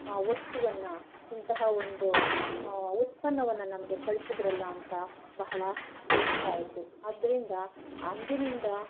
ಆ ವಸ್ತುವನ್ನು ಇಂತಹ ಒಂದು ಉತ್ಪನ್ನವನ್ನು ನಮಗೆ ಕಳಿಸಿದ್ರಲ್ಲ ಅಂತ ಬಹಳ ಬೇಸ್ರ ಆಯ್ತು ಆದ್ದರಿಂದ ಅಂದಿನಿಂದ